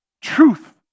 truth